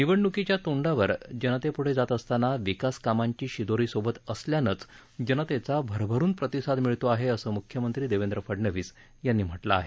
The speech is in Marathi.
निवडणुकीच्या तोंडावर जनतेपुढे जात असताना विकास कामांची शिदोरी सोबत असल्यानंच जनतेचा भरभरून प्रतिसाद मिळतो आहे असं मुख्यमंत्री देवेंद्र फडणवीस यांनी म्हटलं आहे